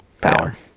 power